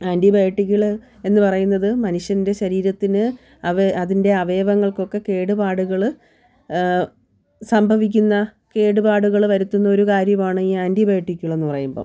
anti ബൈയോട്ടിക്ക്കൾ എന്ന് പറയുന്നത് മനുഷ്യൻ്റെ ശരീരത്തിന് അവ അതിൻ്റെ അവയവങ്ങൾക്കൊക്കെ കേടുപാടുകൾ സംഭവിക്കുന്ന കേടുപാടുകള് വരുത്തുന്ന ഒരു കാര്യമാണ് ഈ ആൻറ്റി ബൈയോട്ടിക്കുകൾ എന്ന് പറയുമ്പം